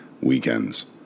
weekends